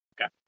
Okay